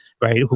right